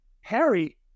Harry